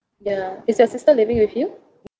yeah is your sister living with you